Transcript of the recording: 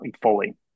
fully